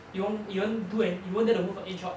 you won't you won't do an~ you wouldn't dare to move an inch ah